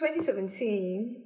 2017